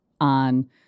on